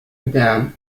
dam